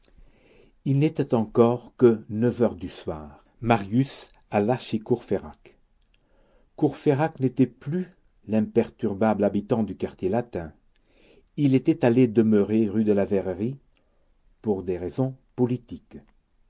il n'était encore que neuf heures du soir marius alla chez courfeyrac courfeyrac n'était plus l'imperturbable habitant du quartier latin il était allé demeurer rue de la verrerie pour des raisons politiques